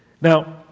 Now